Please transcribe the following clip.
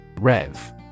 Rev